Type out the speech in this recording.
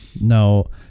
No